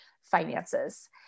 finances